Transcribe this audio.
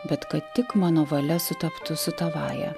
bet kad tik mano valia sutaptų su tavąja